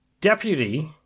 deputy